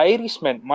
Irishman